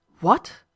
What